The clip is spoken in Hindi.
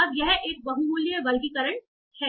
अब यह एक बहु मूल्य वर्गीकरण है